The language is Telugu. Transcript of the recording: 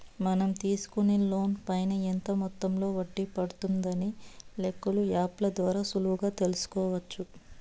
మనం తీసుకునే లోన్ పైన ఎంత మొత్తంలో వడ్డీ పడుతుందనే లెక్కలు యాప్ ల ద్వారా సులువుగా తెల్సుకోవచ్చు